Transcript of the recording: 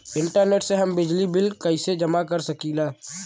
Internet से हम बिजली बिल कइसे जमा कर सकी ला?